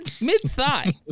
mid-thigh